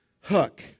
Hook